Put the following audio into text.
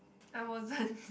I wasn't